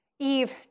Eve